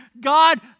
God